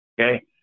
Okay